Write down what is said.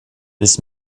this